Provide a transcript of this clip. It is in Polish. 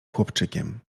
chłopczykiem